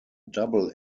double